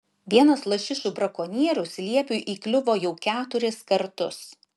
vienas lašišų brakonierius liepiui įkliuvo jau keturis kartus